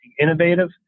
innovative